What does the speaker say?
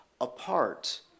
apart